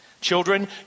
Children